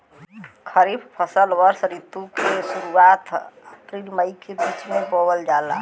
खरीफ फसल वषोॅ ऋतु के शुरुआत, अपृल मई के बीच में बोवल जाला